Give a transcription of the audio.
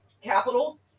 capitals